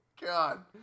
God